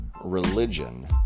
religion